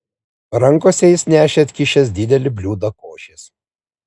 rankose jis nešė atkišęs didelį bliūdą košės